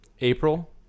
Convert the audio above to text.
April